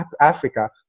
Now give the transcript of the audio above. Africa